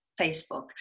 Facebook